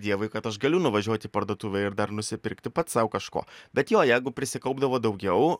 dievui kad aš galiu nuvažiuoti į parduotuvę ir dar nusipirkti pats sau kažko bet jo jeigu prisikaupdavo daugiau